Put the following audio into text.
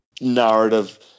narrative